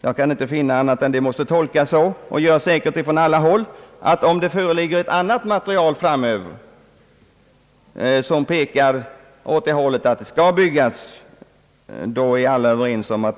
Jag kan inte finna annat än att det måste tolkas så, och det gör säkerligen de allra flesta, att om det framöver föreligger ett annat material, som pekar på att en utbyggnad bör ske, så blir vi nog alla överens om det.